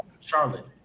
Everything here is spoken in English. charlotte